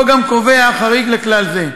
החוק גם קובע חריג לכלל זה.